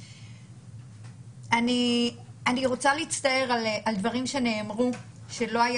אני רוצה להצטער על דברים שנאמרו שלא היה